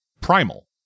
primal